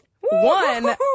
One